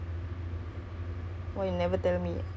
oh sekolah uni